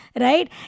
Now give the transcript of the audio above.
right